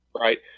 Right